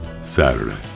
Saturday